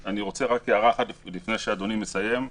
יש לי הערה אחת לפני שאדוני מסיים.